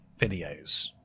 videos